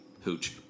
hooch